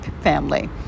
family